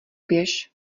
běž